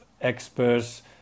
experts